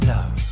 Love